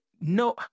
No